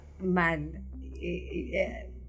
man